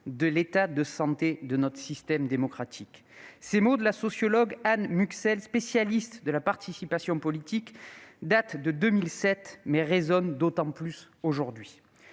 de l'état de santé du système démocratique ». Ces mots de la sociologue Anne Muxel, spécialiste de la participation politique, datent de 2007- ils résonnent d'autant plus aujourd'hui.